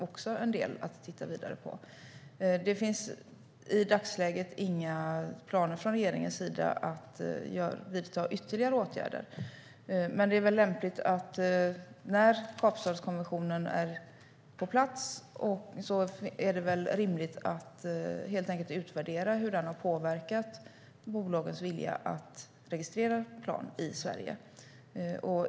Regeringen har i dagsläget inga planer på att vidta ytterligare åtgärder. Men när Kapstadskonventionen är på plats är det rimligt att utvärdera hur den har påverkat bolagens vilja att registrera plan i Sverige.